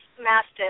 mastiff